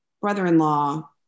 brother-in-law